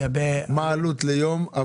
מה העלות ליום?